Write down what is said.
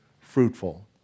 fruitful